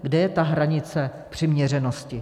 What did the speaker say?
Kde je ta hranice přiměřenosti?